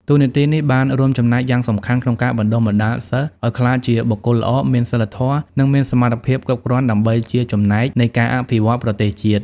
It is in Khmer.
តួនាទីនេះបានរួមចំណែកយ៉ាងសំខាន់ក្នុងការបណ្តុះបណ្តាលសិស្សឱ្យក្លាយជាបុគ្គលល្អ មានសីលធម៌ និងមានសមត្ថភាពគ្រប់គ្រាន់ដើម្បីជាចំណែកនៃការអភិវឌ្ឈន៌ប្រទេសជាតិ។